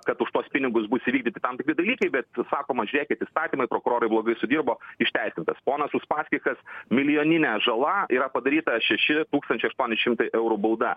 kad už tuos pinigus bus įvykdyti tam tikri dalykai bet sakoma žiūrėkit įstatymai prokurorai blogai sudirbo išteisintas ponas uspaskichas milijoninė žala yra padaryta šeši tūkstančiai aštuoni šimtai eurų bauda